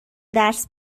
درس